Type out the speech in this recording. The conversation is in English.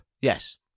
Yes